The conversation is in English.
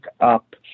up